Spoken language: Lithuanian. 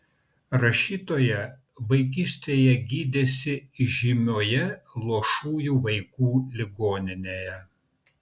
rašytoja vaikystėje gydėsi žymioje luošųjų vaikų ligoninėje